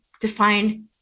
define